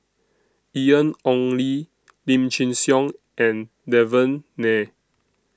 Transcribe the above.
Ian Ong Li Lim Chin Siong and Devan Nair